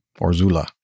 Orzula